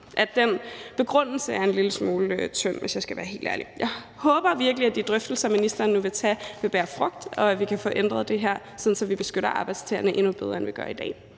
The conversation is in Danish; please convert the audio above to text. at den begrundelse er en lille smule tynd, hvis jeg skal være helt ærlig. Jeg håber virkelig, at de drøftelser, ministeren nu vil tage, vil bære frugt, og at vi kan få ændret det her, sådan at vi beskytter arbejdstagerne endnu bedre, end vi gør i dag.